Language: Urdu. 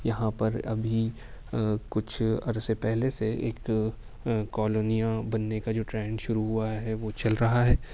یہاں پر ابھی کچھ عرصے پہلے سے ایک کالونیاں بننے کا جو ٹرینڈ شروع ہوا ہے وہ چل رہا ہے